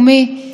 רוזנאי או